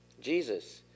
Jesus